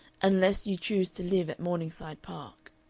unless you choose to live at morningside park.